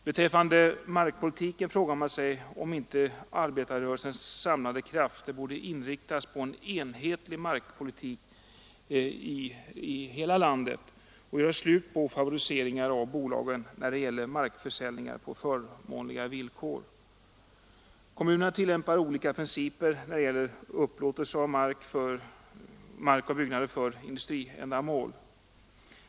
Beträffande markpolitiken frågar man sig om inte arbetarrörelsens samlade krafter skulle inriktas på en enhetlig markpolitik i hela landet och göra slut på favoriseringar av bolagen när det gäller markförsäljningar på förmånliga villkor. Kommunerna tillämpar olika principer vid upplåtelse av mark och byggnader för industriändamål.